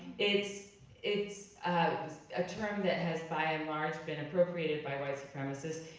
it's it's a term that has by and large been appropriated by white supremacists.